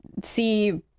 see